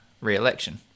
re-election